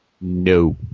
No